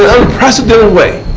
unprecedented way,